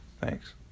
Thanks